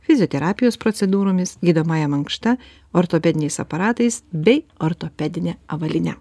fizioterapijos procedūromis gydomąja mankšta ortopediniais aparatais bei ortopedine avalyne